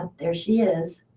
there she is.